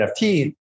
NFT